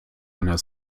einer